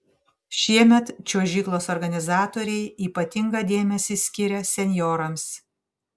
šiemet čiuožyklos organizatoriai ypatingą dėmesį skiria senjorams